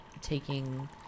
taking